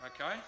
okay